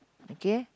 okay